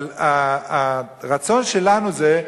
אבל הרצון שלנו זה,